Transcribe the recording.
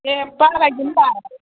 दे बारायगोनबाल